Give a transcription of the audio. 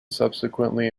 subsequently